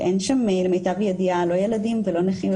שאין שם למיטב הידיעה לא ילדים ולא נכים,